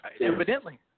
Evidently